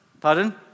Pardon